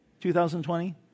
2020